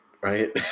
right